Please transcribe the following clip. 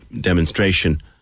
demonstration